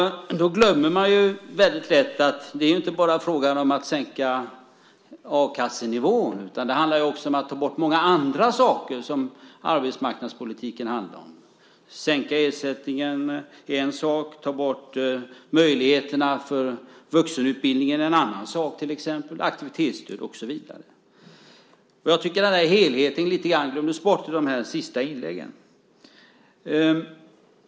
Då glömmer man väldigt lätt att det är fråga om att inte bara sänka a-kassenivån utan också ta bort många andra saker som arbetsmarknadspolitiken handlar om. Att sänka ersättningar är en sak, och att ta bort möjligheterna för vuxenutbildningen en annan sak, aktivitetsstöd och så vidare. Jag tycker att den helheten glömdes bort lite grann i de senaste inläggen.